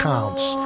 Counts